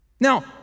Now